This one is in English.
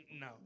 No